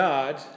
God